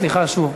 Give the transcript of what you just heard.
סליחה שוב,